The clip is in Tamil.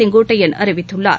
செங்கோட்டையன் அறிவித்துள்ளார்